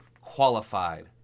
qualified